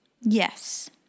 Yes